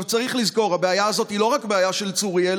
צריך לזכור: הבעיה הזאת היא לא רק בעיה של צוריאל,